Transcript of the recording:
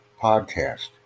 podcast